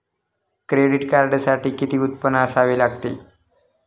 Credit कार्डसाठी किती उत्पन्न असावे लागते?